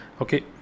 Okay